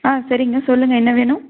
ஆ சரிங்க சொல்லுங்கள் என்ன வேணும்